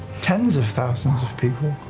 tens of thousands of people.